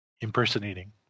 impersonating